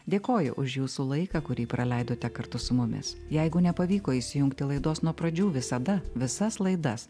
dėkoju už jūsų laiką kurį praleidote kartu su mumis jeigu nepavyko įsijungti laidos nuo pradžių visada visas laidas